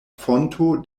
fonto